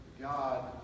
God